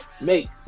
make